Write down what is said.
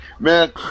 Man